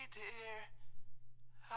dear